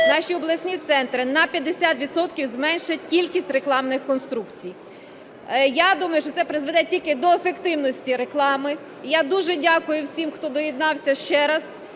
наші обласні центри на 50 відсотків зменшать кількість рекламних конструкцій. Я думаю, що це призведе тільки до ефективності реклами. І я дуже дякую всім, хто доєднався, ще раз.